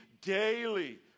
daily